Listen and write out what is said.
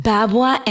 Babwa